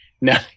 No